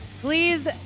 Please